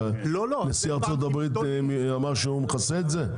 שנשיא ארה"ב אמר שהוא מכסה את זה?